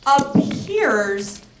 appears